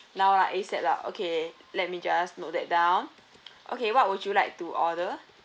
now ah you said lah okay let me just note that down okay what would you like to order